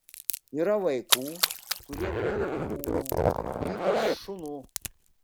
yra vaikų kurie bijo gyvūnų ypač šunų